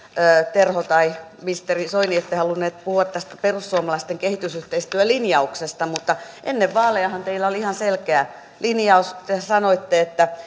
terho tai ministeri soini että ette halunneet puhua tästä perussuomalaisten kehitysyhteistyölinjauksesta mutta ennen vaalejahan teillä oli ihan selkeä linjaus te te sanoitte että